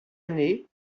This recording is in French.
année